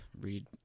read